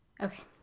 Okay